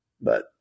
But-